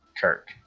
Kirk